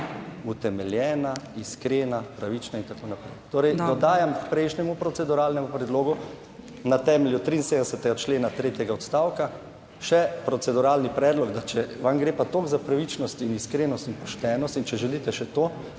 utemeljena, iskrena, pravična in tako naprej. Torej, dodajam prejšnjemu proceduralnemu predlogu, na temelju 73. člena, tretjega odstavka, še proceduralni predlog, da če vam gre pa toliko za pravičnost in iskrenost in poštenost in če želite, še to,